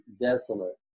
desolate